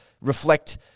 reflect